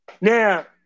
now